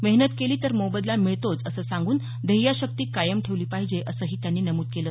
मेहनत केली तर मोबदला मिळतोच असं सांगून ध्येयाशक्ती कायम ठेवली पाहिजे असंही त्यांनी नमूद केलं